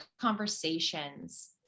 conversations